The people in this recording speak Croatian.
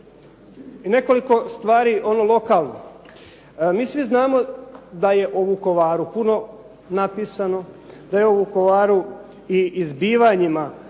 I nekoliko stvari, ono lokalno, mi svi znamo da je o Vukovaru puno napisano, da je o Vukovaru i zbivanjima